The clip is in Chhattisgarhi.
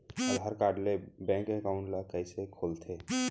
आधार कारड ले बैंक एकाउंट ल कइसे खोलथे?